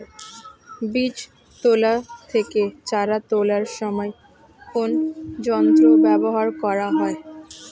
বীজ তোলা থেকে চারা তোলার সময় কোন যন্ত্র ব্যবহার করা হয়?